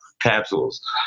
capsules